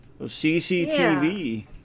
CCTV